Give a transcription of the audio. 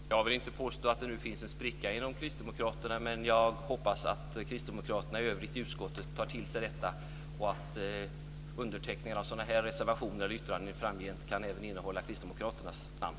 Fru talman! Jag vill inte påstå att det nu finns en spricka inom kristdemokraterna, men jag hoppas att kristdemokraterna i övrigt i utskottet tar till sig detta och att underteckningen av sådana här reservationer och yttranden framgent även kan innehålla kristdemokraternas namn.